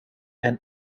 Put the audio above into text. and